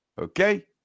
okay